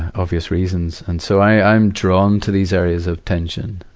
obvious reasons. and so, i'm drawn to these areas of tension.